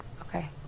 Okay